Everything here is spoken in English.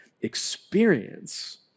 experience